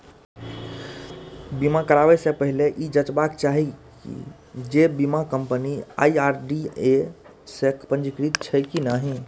बीमा कराबै सं पहिने ई जांचबाक चाही जे बीमा कंपनी आई.आर.डी.ए सं पंजीकृत छैक की नहि